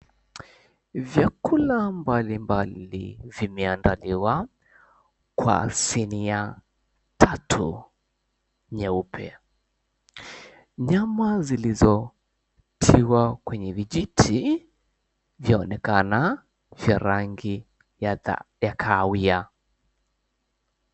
Vyakula mbalimbali vimeandaliwa kwa sinia tatu nyeupe. Nyama zilizotiwa kwenye vijiti vyaonekana vya rangi ya kahawia.